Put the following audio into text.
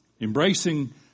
Embracing